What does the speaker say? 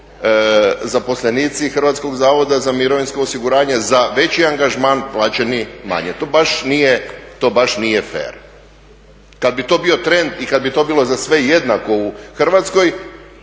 zaposlenici Hrvatskog zavoda za mirovinsko osiguranje za veći angažman plaćeni manje, to baš nije fer. Kad bi to bio trend i kad bi to bilo za sve jednako u Hrvatskoj,